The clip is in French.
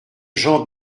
jean